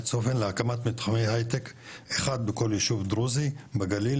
"צופן" להקמת מתחמי הייטק אחד בכל יישוב דרוזי בגליל,